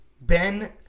Ben